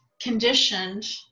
conditioned